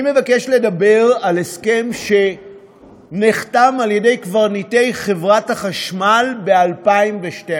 אני מבקש לדבר על הסכם שנחתם על-ידי קברניטי חברת החשמל ב-2012,